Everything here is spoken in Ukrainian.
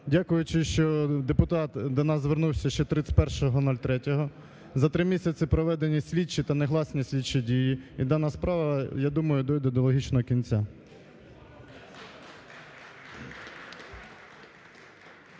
дякуючи, що депутат до нас звернувся ще 31.03-го, за три місяці проведені слідчі та негласні слідчі дії. І дана справа, я думаю, дійде до логічного кінця.